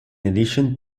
addition